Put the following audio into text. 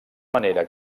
manera